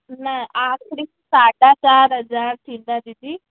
न आखिरी साढा चारि हज़ार थींदा दीदी